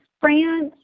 france